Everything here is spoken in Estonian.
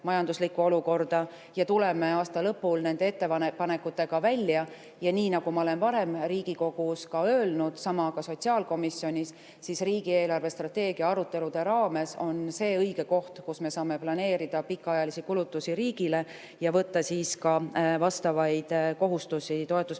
majanduslikku olukorda ja tuleme aasta lõpul nende ettepanekutega välja. Ja nii nagu ma olen varem Riigikogus öelnud, samuti sotsiaalkomisjonis, riigi eelarvestrateegia arutelude raames on see õige koht, kus me saame planeerida pikaajalisi kulutusi riigile ja võtta vastavaid kohustusi toetusmeetmena. Üks